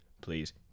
please